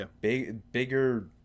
Bigger